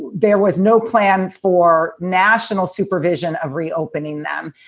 there was no plan for national supervision of reopening them.